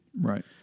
Right